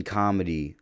comedy